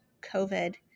COVID